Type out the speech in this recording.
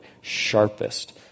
sharpest